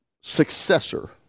successor